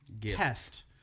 test